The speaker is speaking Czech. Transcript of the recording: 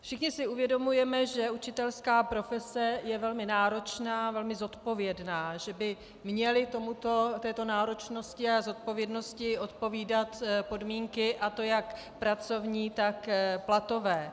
Všichni si uvědomujeme, že učitelská profese je velmi náročná a velmi zodpovědná, že by měly této náročnosti a zodpovědnosti odpovídat podmínky, a to jak pracovní, tak platové.